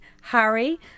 Harry